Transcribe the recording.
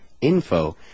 info